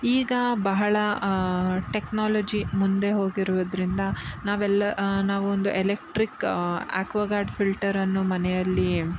ಈಗ ಬಹಳ ಟೆಕ್ನಾಲಜಿ ಮುಂದೆ ಹೋಗಿರುವುದರಿಂದ ನಾವೆಲ್ಲ ನಾವೊಂದು ಎಲೆಕ್ಟ್ರಿಕ್ ಆ್ಯಕ್ವಗಾರ್ಡ್ ಫಿಲ್ಟರನ್ನು ಮನೆಯಲ್ಲಿಯೆ